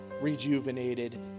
rejuvenated